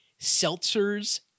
seltzers